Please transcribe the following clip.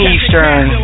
Eastern